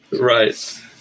Right